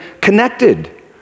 connected